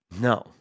no